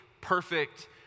perfect